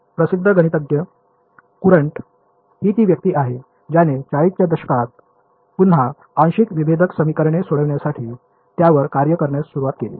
प्रसिद्ध गणितज्ञ कुरंट ही ती व्यक्ती आहे ज्याने 40 च्या दशकात पुन्हा आंशिक विभेदक समीकरणे सोडविण्यासाठी त्यावर कार्य करण्यास सुरवात केली